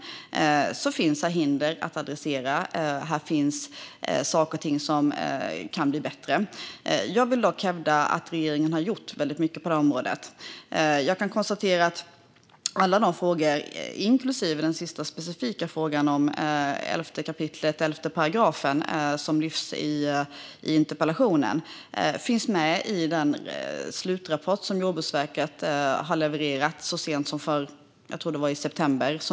Det finns saker och ting som kan bli bättre. Jag hävdar dock att regeringen har gjort väldigt mycket på området. Alla de frågor som tas upp i interpellationen, inklusive den sista specifika frågan om 11 kap. 11 §, finns med i den slutrapport som Jordbruksverket levererade så sent som i september.